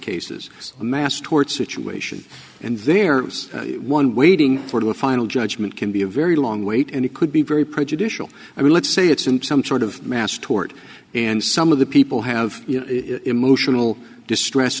cases a mass tort situation and there is one waiting for the final judgment can be a very long wait and it could be very prejudicial i mean let's say it's in some sort of mass tort and some of the people have emotional distress